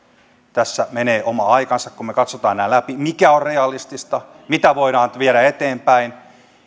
tässä menee oma aikansa kun me katsomme nämä läpi mikä on realistista mitä voidaan viedä eteenpäin